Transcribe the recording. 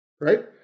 right